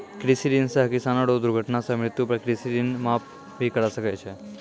कृषि ऋण सह किसानो रो दुर्घटना सह मृत्यु पर कृषि ऋण माप भी करा सकै छै